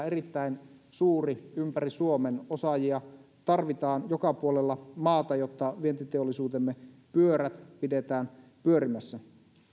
erittäin suuri ympäri suomen osaajia tarvitaan joka puolella maata jotta vientiteollisuutemme pyörät pidetään pyörimässä